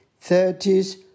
thirties